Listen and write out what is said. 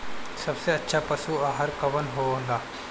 सबसे अच्छा पशु आहार कवन हो ला?